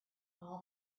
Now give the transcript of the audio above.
all